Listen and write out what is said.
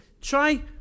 Try